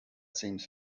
seems